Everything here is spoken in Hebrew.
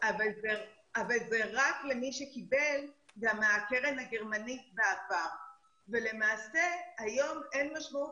אבל זה רק למי שקיבל מהקרן הגרמנית בעבר ולמעשה היום אין משמעות